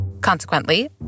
Consequently